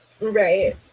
right